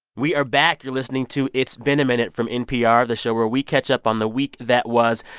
we are back. you're listening to it's been a minute from npr, the show where we catch up on the week that was.